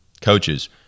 Coaches